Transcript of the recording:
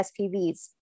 SPVs